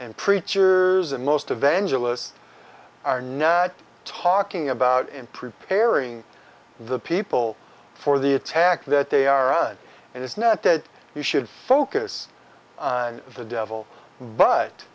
and preachers and most of vangelis are now talking about and preparing the people for the attack that they are on and it's not that you should focus on the devil but